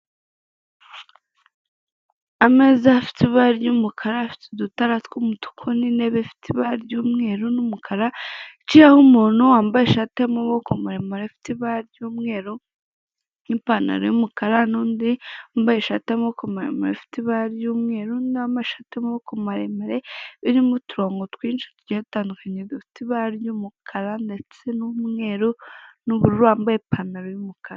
Ameza afite ibara ry'umukara afite udutara tw'umutuku n'intebe ifite ibara ry'umweru n'umukara, kiriho umuntu wambaye ishati y'amaboko muremure afite ibara ry'umweru n'ipantaro y'umukara n'undi wambaye ishati y'amaboko maremare ufite ibara ry'umweru n amashati maremare irimo uturongo twinshi tugiye dutandukanye dufite ibara ry'umukara ndetse n'umweru n'ubururu wambaye ipantaro y'umukara.